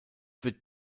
wird